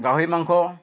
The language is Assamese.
গাহৰি মাংস